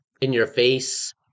in-your-face